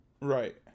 Right